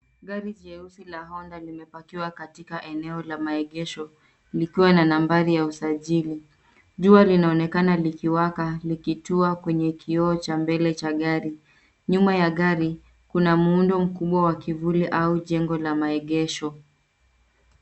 Gari jeusi la honda limepakiwa katika eneo la maegesho likiwa na nambari ya usajili. Jua linaonekana likiwaka likitua kwenye kioo cha mbele cha gari. Nyuma ya gari kuna muundo mkubwa wa kivuli au jengo la maegesho.